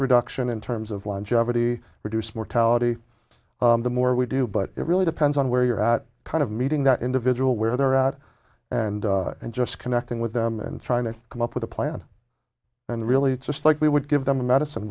reduction in terms of longevity reduce mortality the more we do but it really depends on where you're at kind of meeting that individual where they're at and and just connecting with them and trying to come up with a plan and really just like we would give them a